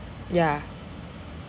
yeah